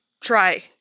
try